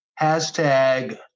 hashtag